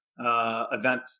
Event